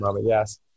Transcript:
yes